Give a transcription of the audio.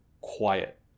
quiet